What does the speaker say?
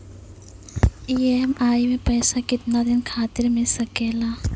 EMI मैं पैसवा केतना दिन खातिर मिल सके ला?